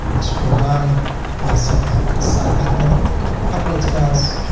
i scroll down and i set my site. i can upload files,